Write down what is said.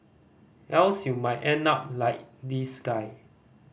else you might end up like this guy